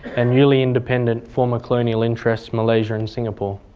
and newly independent former colonial interests, malaysia and singapore.